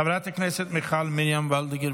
חברת הכנסת מיכל מרים וולדיגר,